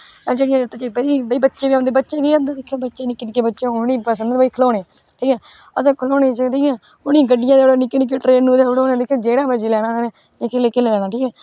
बच्चे बी आंदे बच्चे बी निक्के निक्के बच्चे औन उन्हेगी पसंद भाई खिलोने ठीक ऐ खिलोने च ठीक ऐ उन्हेगी गड्डियां देई ओड़ो निक्की ट्रेनां देई ओड़ो जेहड़ी किश मर्जी लेना होऐ